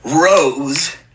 rose